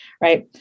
right